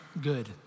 good